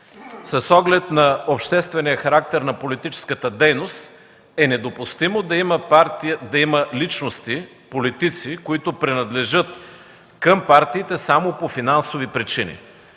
С оглед на обществения характер на политическата дейност е недопустимо да има личности, политици, които принадлежат към партиите само по финансови причини.